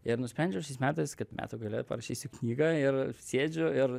ir nusprendžiau šiais metais kad metų gale parašysiu knygą ir sėdžiu ir